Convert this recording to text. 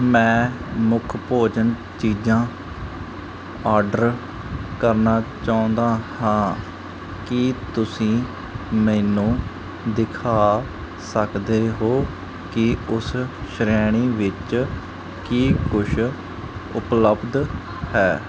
ਮੈਂ ਮੁੱਖ ਭੋਜਨ ਚੀਜਾਂ ਆਰਡਰ ਕਰਨਾ ਚਾਹੁੰਦਾ ਹਾਂ ਕੀ ਤੁਸੀਂ ਮੈਨੂੰ ਦਿਖਾ ਸਕਦੇ ਹੋ ਕਿ ਉਸ ਸ਼੍ਰੇਣੀ ਵਿੱਚ ਕੀ ਕੁਛ ਉਪਲੱਬਧ ਹੈ